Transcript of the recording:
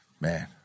Man